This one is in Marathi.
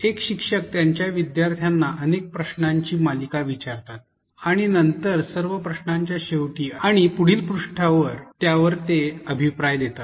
एक शिक्षक त्यांच्या विद्यार्थ्यांना अनेक प्रश्नांची मालिका विचारतात आणि नंतर सर्व प्रश्नांच्या शेवटी आणि पुढील पृष्ठावर त्यावर ते अभिप्राय देतात